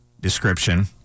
description